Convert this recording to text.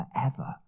forever